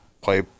play